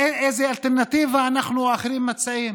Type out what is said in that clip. איזו אלטרנטיבה אנחנו או אחרים מציעים?